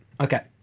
okay